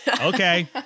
Okay